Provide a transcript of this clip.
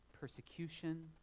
persecution